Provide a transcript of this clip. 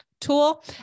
tool